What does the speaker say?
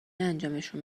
انجامشون